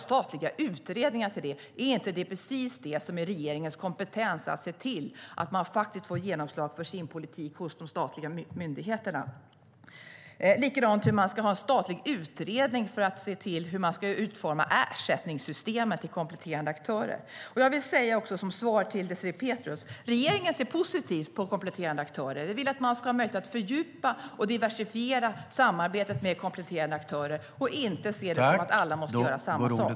Är det inte precis det som är regeringens kompetens, det vill säga att se till att man faktiskt får genomslag för sin politik hos de statliga myndigheterna? Samma sak gäller huruvida man ska ha en statlig utredning för att se hur man ska utforma ersättningssystemet till kompletterande aktörer. Som svar till Désirée Pethrus vill jag säga att regeringen ser positivt på kompletterande aktörer. Jag vill att man ska ha möjlighet att fördjupa och diversifiera samarbetet med kompletterande aktörer och inte se det som att alla måste göra samma sak.